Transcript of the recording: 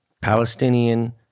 Palestinian